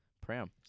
Pram